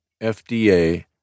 FDA